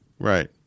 Right